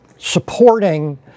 supporting